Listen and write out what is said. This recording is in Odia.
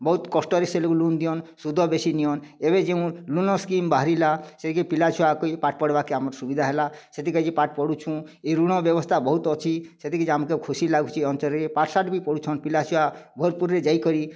ବହୁତ କଷ୍ଟରେ ସେ ଲୋକ ଲୋନ୍ ଦିଅନ ସୁଧ ବେଶି ନିଅନ ଏବେ ଯେଉଁ ଲୋନ୍ ସ୍କିମ୍ ବାହାରିଲା ସେ ଯେ ପିଲାଛୁଆ କେ ପାଠ ପଢ଼ବାକେ ଆମର ସୁବିଧା ହେଲା ସେଠିକାଜି ପାଠ ପଢ଼ୁଛୁ ଏହି ଋଣ ବ୍ୟବସ୍ଥା ବହୁତ ଅଛି ସେଥିକିଛି ଆମ୍କେ ଖୁସି ଲାଗୁଛି ଅଞ୍ଚଳରେ ପାଠଶାଠ ବି ପଢୁଛନ୍ ପିଲାଛୁଆ ଯାଇକରି